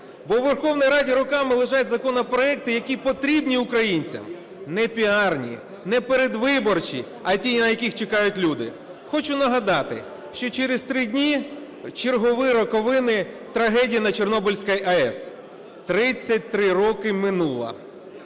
Бо у Верховній Раді роками лежать законопроекти, які потрібні українцям. Не піарні, не передвиборчі, а ті, на які чекають люди. Хочу нагадати, що через три дні – чергові роковини трагедії на Чорнобильській АЕС. 33 роки минуло!